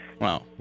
Wow